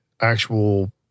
actual